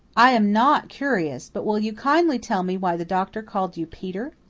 i am not curious but will you kindly tell me why the doctor called you peter?